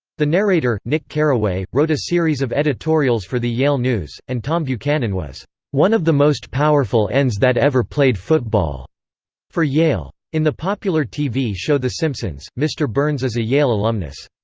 the narrator, nick carraway, wrote a series of editorials for the yale news, and tom buchanan was one of the most powerful ends that ever played football for yale. in the popular tv show the simpsons, mr. burns is a yale alumnus.